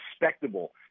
respectable –